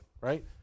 right